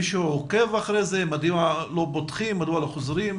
מישהו עוקב אחרי זה ובודק מדוע לא פותחים ולא חוזרים?